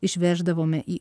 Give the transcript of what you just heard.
išveždavome į